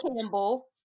Campbell